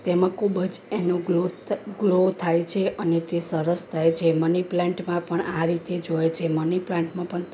તેમાં ખૂબજ એનો ગ્લો થાય છે અને તે સરસ થાય છે મનીપ્લાન્ટમાં પણ આ રીતે જ હોય છે મનીપ્લાન્ટમાં પણ